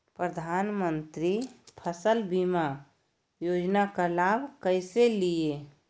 प्रधानमंत्री फसल बीमा योजना का लाभ कैसे लिये?